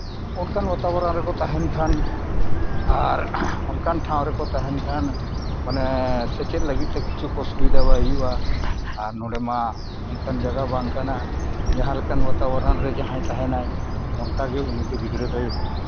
ᱚᱱᱠᱟᱱ ᱵᱟᱛᱟ ᱵᱚᱨᱚᱱ ᱨᱮᱠᱚ ᱛᱟᱦᱮᱱ ᱠᱷᱟᱱ ᱟᱨ ᱚᱱᱠᱟᱱ ᱴᱷᱟᱶ ᱨᱮᱠᱚ ᱛᱟᱦᱮᱱ ᱠᱷᱟᱱ ᱢᱟᱱᱮ ᱥᱮᱪᱮᱫ ᱞᱟᱹᱜᱤᱫ ᱛᱮ ᱠᱤᱪᱷᱩ ᱚᱥᱩᱵᱤᱫᱟ ᱵᱟᱭ ᱦᱩᱭᱩᱜᱼᱟ ᱟᱨ ᱱᱚᱰᱮᱢᱟ ᱚᱱᱠᱟᱱ ᱡᱟᱭᱜᱟ ᱵᱟᱝ ᱠᱟᱱᱟ ᱡᱟᱦᱟᱸ ᱞᱮᱠᱟᱱ ᱵᱟᱛᱟ ᱵᱚᱨᱚᱱ ᱨᱮ ᱡᱟᱦᱟᱸᱭ ᱛᱟᱦᱮᱱᱟᱭ ᱚᱱᱠᱟ ᱜᱮ ᱩᱱᱤᱫᱚᱭ ᱜᱤᱫᱽᱨᱟᱹ ᱫᱚᱭ